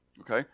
Okay